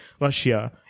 Russia